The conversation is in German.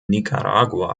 nicaragua